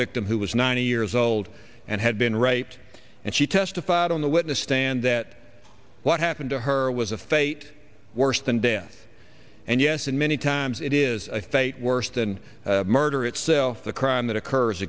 victim who was ninety years old and had been raped and she testified on the witness stand that what happened to her was a fate worse than death and yes in many times it is a fate worse than murder itself the crime that occurs